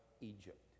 Egypt